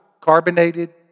carbonated